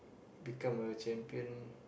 become a champion